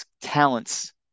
talents